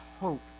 hope